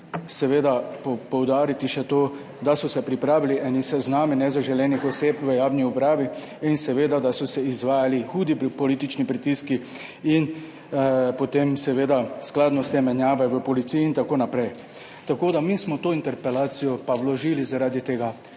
Moramo poudariti še to, da so se pripravili eni seznami nezaželenih oseb v javni upravi in da so se izvajali hudi politični pritiski. In potem seveda skladno s tem menjave v policiji in tako naprej. Mi pa smo to interpelacijo vložili zaradi tega,